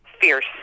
Fierce